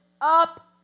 up